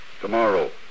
Tomorrow